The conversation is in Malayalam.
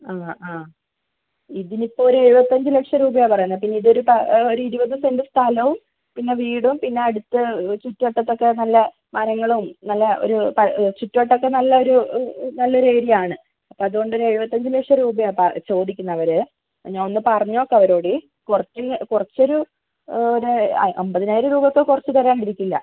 ആ ആ ഇതിനിപ്പോൾ ഒരു എഴുപത്തിയഞ്ച് ലക്ഷം രൂപയാണ് പറയുന്നത് പിന്നെ ഇതൊരു പ ഒരു ഇരുപത് സെൻറ്റ് സ്ഥലവും പിന്നെ വീടും പിന്നെ അടുത്ത് ചുറ്റുവട്ടത്തൊക്കെ നല്ല മരങ്ങളും നല്ല ഒരു പ ചുറ്റുവട്ടം ഒക്കെ നല്ലൊരു നല്ലൊരു ഏരിയ ആണ് അപ്പോൾ അതുകൊണ്ടൊരു എഴുപത്തിയഞ്ച് ലക്ഷം രൂപയാണ് പറ ചോദിക്കുന്നത് അവരെ ഞാനൊന്ന് പറഞ്ഞ് നോക്കാം അവരോട് കുറച്ച് കുറച്ചൊരു ഒരു അമ്പതിനായിരം രൂപയൊക്കെ കുറച്ച് തരാണ്ടിരിക്കില്ല